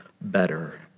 better